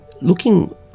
looking